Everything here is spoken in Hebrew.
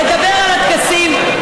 לדבר על הטקסים.